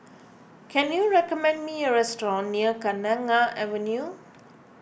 can you recommend me a restaurant near Kenanga Avenue